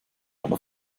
einer